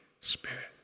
Spirit